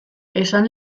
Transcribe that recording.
esan